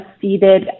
seated